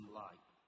light